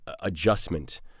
adjustment